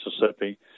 Mississippi